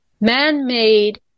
man-made